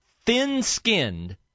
thin-skinned